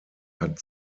hat